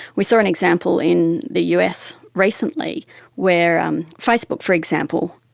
we saw an example in the us recently where um facebook, for example,